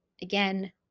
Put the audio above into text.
again